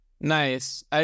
Nice